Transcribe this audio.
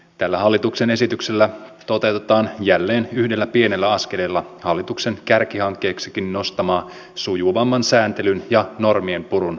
tällä hallituksen esityksellä toteutetaan jälleen yhdellä pienellä askeleella hallituksen kärkihankkeeksikin nostamaa sujuvamman sääntelyn ja normien purun tavoitetta